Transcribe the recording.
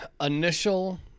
initial